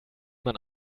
man